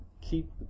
keep